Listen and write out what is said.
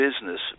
business